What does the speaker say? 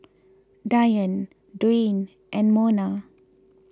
Dionne Dwaine and Monna